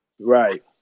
Right